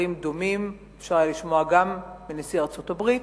דברים דומים אפשר לשמוע גם מנשיא ארצות-הברית,